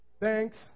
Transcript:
thanks